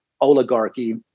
oligarchy